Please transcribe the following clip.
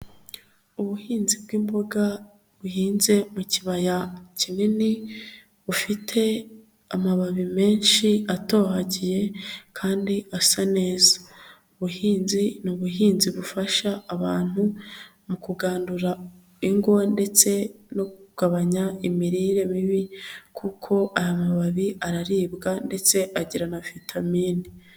Ubuhinzi bw'imboga buhinze mu kibaya kinini, bufite amababi menshi atohagiye kandi asa neza. Ubuhinzi ni ubuhinzi bufasha abantu mu kugandura ingo ndetse no kugabanya imirire mibi, kuko aya mababi araribwa ndetse agira na vitamini.